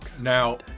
now